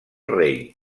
rei